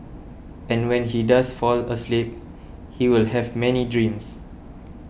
and when he does fall asleep he will have many dreams